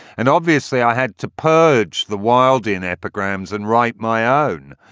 and obviously i had to purge the wilder and epigrams and write my ah own.